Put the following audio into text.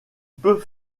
peut